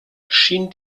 schien